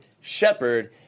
Shepard